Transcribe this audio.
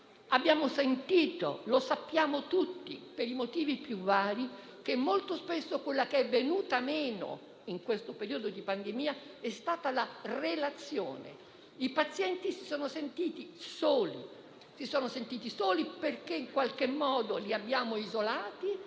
Abbiamo sentito e sappiamo tutti che, per i motivi più vari, molto spesso quella che è venuta meno in questo periodo di pandemia è stata la relazione. I pazienti si sono sentiti soli: si sono sentiti soli perché, in qualche modo, li abbiamo isolati